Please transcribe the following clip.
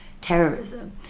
terrorism